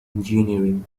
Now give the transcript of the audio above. engineering